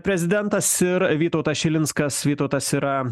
prezidentas ir vytautas šilinskas vytautas yra